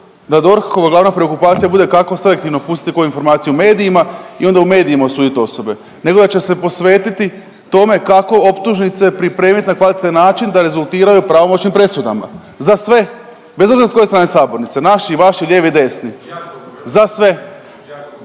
da DORH-ova glavna preokupacija bude kako selektivno pustiti koju informaciju u medijima i onda u medijima osudit osobe, nego da će se posvetiti tome kako optužnice pripremit na kvalitetan način da rezultiraju pravomoćnim presudama za sve bez obzira s koje strane sabornice, naši, vaši, lijevi, desni, za sve,